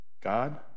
God